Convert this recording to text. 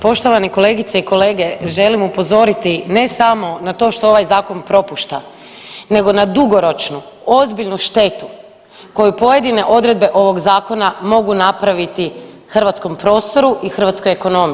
Poštovane kolegice i kolege, želim upozoriti ne samo na to što ovaj zakon propušta nego na dugoročnu ozbiljnu štetu koju pojedine odredbe ovog zakona mogu napraviti hrvatskom prostoru i hrvatskoj ekonomiji.